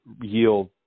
yield